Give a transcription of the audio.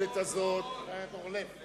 המבולבלת הזאת, חבר הכנסת אורלב.